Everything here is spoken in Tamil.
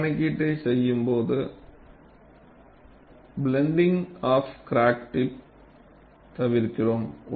இந்த கணக்கீட்டைச் செய்யும்போது பிளன்டிங்க் அப் கிராக் டிப் தவிர்க்கிறோம்